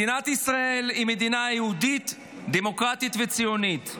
מדינת ישראל היא מדינה יהודית, דמוקרטית וציונית,